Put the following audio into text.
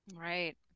Right